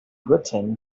written